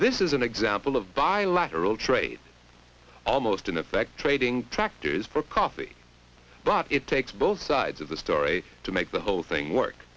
this is an example of bilateral trade almost in effect trading tractors for coffee but it takes both sides of the story to make the whole thing work